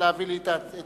נא להעביר לי את התוצאה.